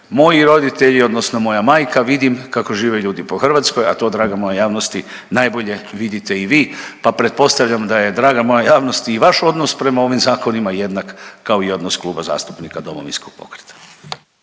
moji roditelji odnosno moja majka, vidim kako žive ljudi po Hrvatskoj, a to draga moja javnosti najbolje vidite i vi, pa pretpostavljam da je draga moja javnosti i vaš odnos prema ovim zakonima jednak kao i odnos Kluba zastupnika Domovinskog pokreta.